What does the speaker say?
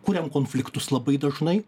kuriam konfliktus labai dažnai